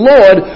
Lord